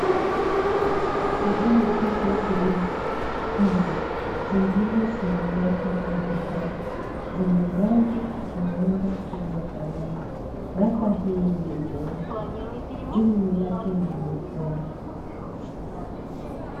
Nguo hizi zimekunjwa. Zingine zimewekwa kwenye hanga . Zenye rangi, muondo usiofanana. Rafa hii ni nyeupe. Juu yake ni nyekundu.